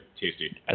tasty